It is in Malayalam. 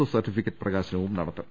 ഒ സർട്ടി ഫിക്കറ്റ് പ്രകാശനവും നടത്തും